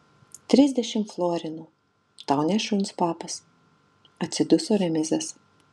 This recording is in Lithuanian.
trisdešimt florinų tau ne šuns papas atsiduso remizas